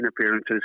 appearances